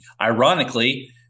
ironically